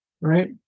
right